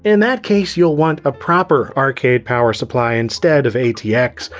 in that case, you'll want a proper arcade power supply instead of atx,